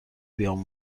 بیام